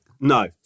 No